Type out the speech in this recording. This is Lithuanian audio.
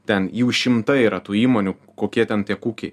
ten jų šimtai yra tų įmonių kokie ten tie kukiai